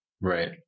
Right